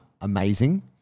amazing